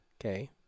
okay